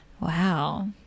wow